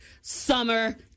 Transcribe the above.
summer